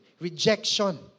rejection